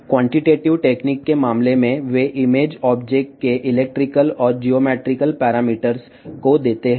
పరిమాణాత్మక పద్ధతుల విషయంలో అవి వస్తువు యొక్క విద్యుత్ మరియు రేఖాగణిత పారామితులను ఇస్తాయి